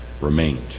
remained